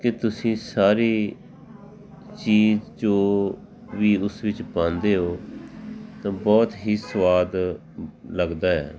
ਕਿ ਤੁਸੀਂ ਸਾਰੀ ਚੀਜ਼ ਜੋ ਵੀ ਉਸ ਵਿੱਚ ਪਾਉਂਦੇ ਹੋ ਤਾਂ ਬਹੁਤ ਹੀ ਸਵਾਦ ਲੱਗਦਾ